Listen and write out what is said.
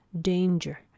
danger